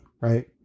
right